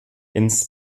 ins